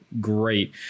great